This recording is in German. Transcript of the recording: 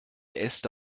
äste